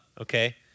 okay